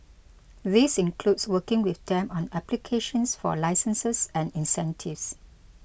this includes working with them on applications for licenses and incentives